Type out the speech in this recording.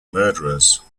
murderers